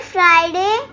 Friday